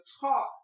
talk